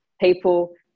people